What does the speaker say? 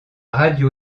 radio